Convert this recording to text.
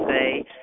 say